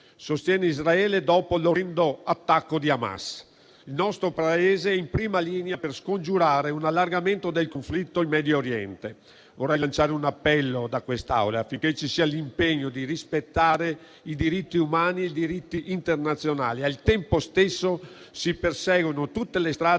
sostiene Israele dopo l'orrendo attacco di Hamas. Il nostro Paese è in prima linea per scongiurare un allargamento del conflitto in Medio Oriente. Vorrei lanciare un appello da quest'Aula, affinché ci sia l'impegno di rispettare i diritti umani e i diritti internazionali e, al tempo stesso, si perseguano tutte le strade